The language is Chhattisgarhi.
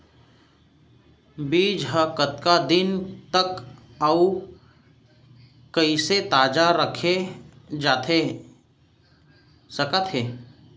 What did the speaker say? बीज ह कतका दिन तक अऊ कइसे ताजा रखे जाथे सकत हे?